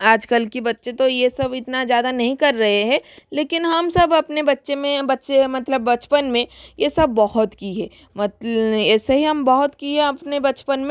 आजकल की बच्चे तो यह सब इतना ज़्यादा नहीं कर रहे हैं लेकिन हम सब अपने बच्चे में बच्चे मतलब बचपन में यह सब बहुत की हैं मतल ऐसे ही हम बहुत की हैं अपने बचपन में